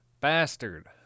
Bastard